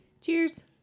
Cheers